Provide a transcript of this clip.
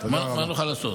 מה נוכל לעשות?